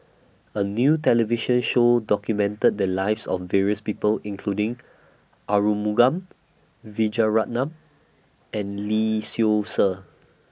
A New television Show documented The Lives of various People including Arumugam Vijiaratnam and Lee Seow Ser